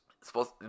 supposed